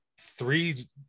three